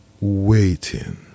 waiting